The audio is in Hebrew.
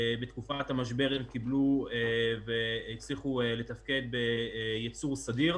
בתקופת המשבר הם הצליחו לתפקד בייצור סדיר,